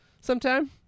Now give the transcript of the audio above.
sometime